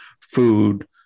food